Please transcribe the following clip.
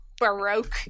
baroque